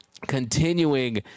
continuing